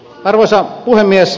arvoisa puhemies